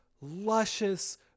luscious